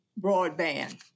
broadband